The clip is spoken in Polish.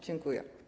Dziękuję.